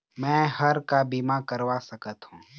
मैं हर का बीमा करवा सकत हो?